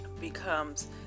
becomes